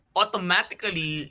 automatically